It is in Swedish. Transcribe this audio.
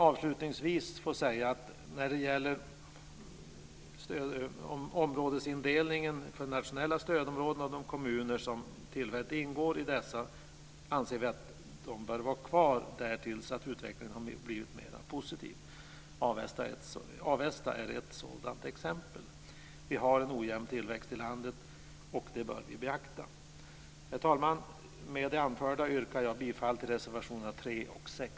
Avslutningsvis vill jag säga att vi anser att områdesindelningen för nationella stödområden och de kommuner som ingår i dessa bör vara kvar till dess att utvecklingen har blivit mera positiv. Avesta är ett sådant exempel. Vi har en ojämn tillväxt i landet, och det bör vi beakta. Herr talman! Med det anförda yrkar jag bifall till reservationerna nr 3 och 6.